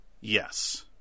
Yes